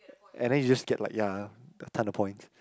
and then you just get like ya a ton of points